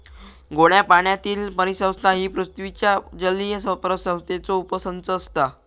गोड्या पाण्यातीली परिसंस्था ही पृथ्वीच्या जलीय परिसंस्थेचो उपसंच असता